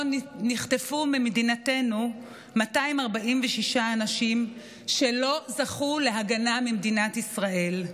נחטפו ממדינתנו 246 אנשים שלא זכו להגנה ממדינת ישראל.